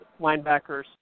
Linebackers